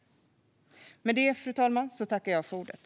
Med det, fru talman, tackar jag för ordet.